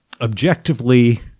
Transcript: objectively